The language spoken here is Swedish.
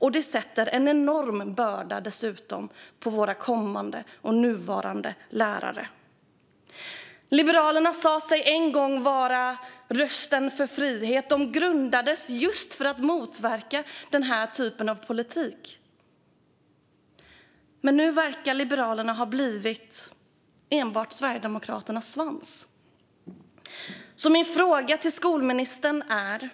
Det lägger dessutom en enorm börda på våra kommande och nuvarande lärare. Liberalerna sa sig en gång vara rösten för frihet och grundades just för att motverka den här typen av politik. Nu verkar Liberalerna ha blivit enbart Sverigedemokraternas svans. Min fråga till skolministern är